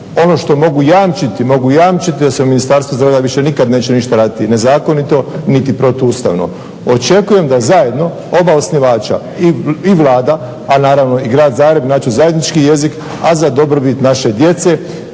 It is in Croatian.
ono što mogu jamčiti, mogu jamčiti da se u Ministarstvu zdravlja više nikad neće ništa raditi nezakonito niti protuustavno. Očekujem da zajedno oba osnivača i Vlada, a naravno i Grad Zagreb nađu zajednički jezik, a za dobrobit naše djece